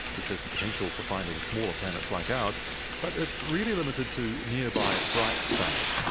this has the potential for finding smaller planets like ours but it's really limited to nearby bright stars.